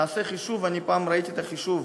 נעשה חישוב, אני פעם ראיתי את החישוב,